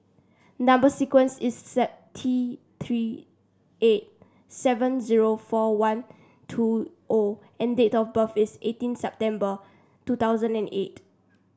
number sequence is T Three eight seven zero four one two O and date of birth is eighteen September two thousand and eight